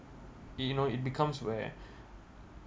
you know it becomes where